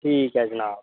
ठीक ऐ जनाब